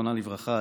זיכרונה לברכה,